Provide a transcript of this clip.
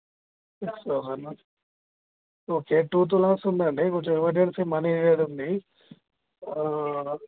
six thousand okay two తులాస్ ఉంది అండి కొంచం ఎమర్జెన్సీ మనీ అనేది ఉంది